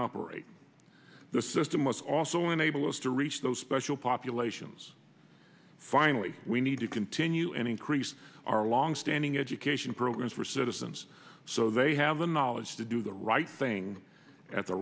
operate the system was also enable us to reach those special populations finally we need to continue and increase our long standing education programs for citizens so they have the knowledge to do the right thing at the